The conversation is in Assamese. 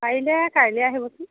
পাৰিলে কাইলৈ আহিবচোন